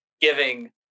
giving